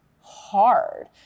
hard